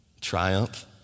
triumph